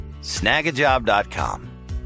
snagajob.com